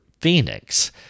Phoenix